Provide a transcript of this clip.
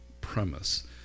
premise